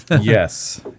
Yes